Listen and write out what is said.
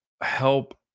help